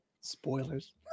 spoilers